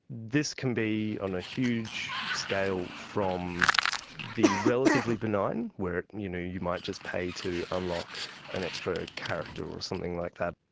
this can be on a huge scale from the relatively benign where you know you might just pay to unlock an extra character or something like that.